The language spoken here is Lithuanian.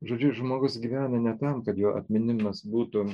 žodžiu žmogus gyvena ne tam kad jo atminimas būtų